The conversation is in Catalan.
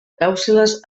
clàusules